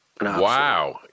Wow